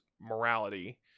morality